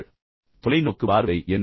உங்கள் தொலைநோக்கு தொலைநோக்கு பார்வை என்ன